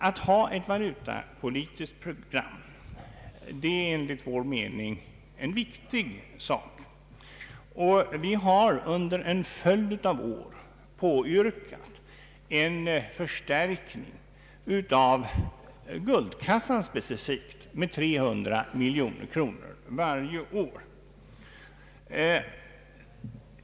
Att ha ett valutapolitiskt program är enligt min mening en viktig sak, och vi har under en följd av år påyrkat en förstärkning speciellt av guldkassan med 300 miljoner kronor varje år.